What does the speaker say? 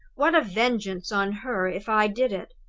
what a vengeance on her, if i did it!